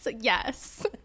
yes